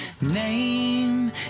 name